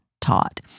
taught